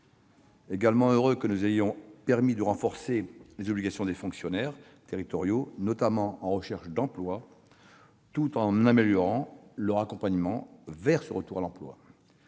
Je suis heureux que le texte permette de renforcer les obligations des fonctionnaires territoriaux momentanément en recherche d'emploi, tout en améliorant leur accompagnement pour un retour vers l'emploi.